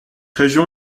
région